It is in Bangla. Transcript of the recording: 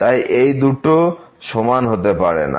তাই এই দুটো সমান হতে পারে না